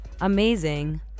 amazing